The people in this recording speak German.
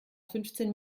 fünfzehn